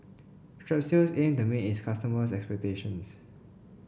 strepsils aims to meet its customers' expectations